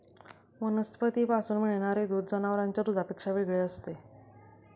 वनस्पतींपासून मिळणारे दूध जनावरांच्या दुधापेक्षा वेगळे असते